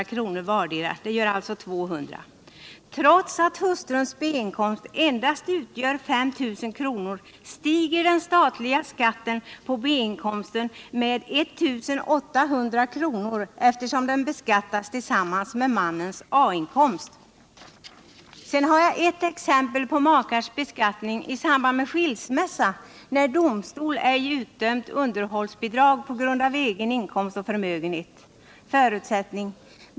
stiger den statliga skatten på B-inkomsten med 1 800 kr., eftersom den beskattas tillsammans med mannens A-inkomst. Sedan har jag ett exempel på makars beskattning i samband med skilsmässa när domstol ej utdömt underhållsbidrag på grund av egen inkomst och förmögenhet.